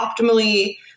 optimally